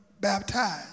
baptized